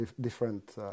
different